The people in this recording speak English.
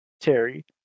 Terry